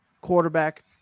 quarterback